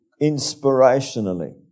inspirationally